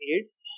AIDS